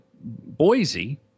Boise